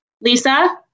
Lisa